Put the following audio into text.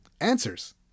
answers